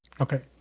Okay